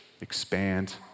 expand